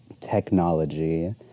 technology